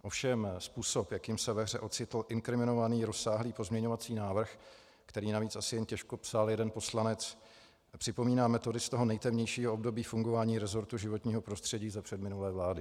Ovšem způsob, jakým se ve hře ocitl inkriminovaných rozsáhlý pozměňovací návrh, který navíc asi jen těžko psal jeden poslanec, připomíná metody z toho nejtemnějšího období fungování resortu životního prostředí za předminulé vlády.